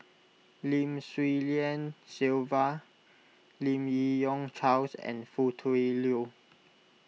Lim Swee Lian Sylvia Lim Yi Yong Charles and Foo Tui Liew